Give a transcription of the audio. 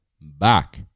Back